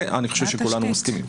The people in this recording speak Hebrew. אני חושב שכולנו מסכימים על זה.